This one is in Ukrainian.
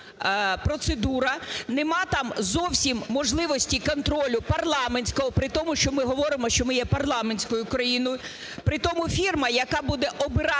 Немає там зовсім можливості контролю парламентського, при тому, що ми говоримо, що ми є парламентською країною. При тому фірма, яка буде обирати